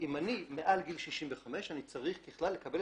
אם אני מעל גיל 65 אני צריך ככלל לקבל